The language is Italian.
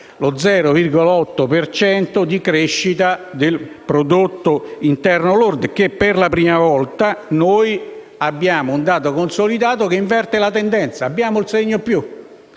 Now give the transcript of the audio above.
cento di crescita del prodotto interno lordo. Per la prima volta abbiamo un dato consolidato che inverte la tendenza: abbiamo un segno